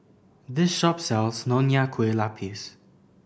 this shop sells Nonya Kueh Lapis